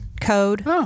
code